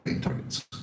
targets